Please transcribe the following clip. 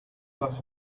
that